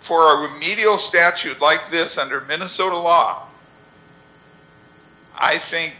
for a refusal statute like this under minnesota law i think